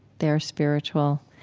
they are spiritual.